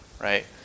right